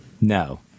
No